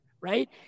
right